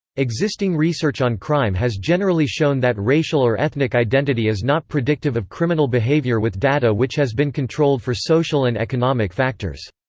existing research on crime has generally shown that racial or ethnic identity is not predictive of criminal behavior with data which has been controlled for social and economic factors.